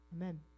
Amen